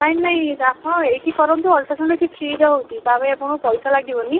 ନାଇଁ ନାଇଁ ଆପଣ ଏଇଠି କରନ୍ତୁ ଅଲ୍ଟ୍ରାସାଉଣ୍ଡ୍ ଏଠି ଫ୍ରିରେ ହେଉଛି ତା' ପାଇଁ ଆପଣଙ୍କୁ ପାଇସା ଲାଗିବନି